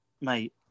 mate